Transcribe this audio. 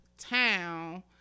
town